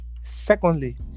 Secondly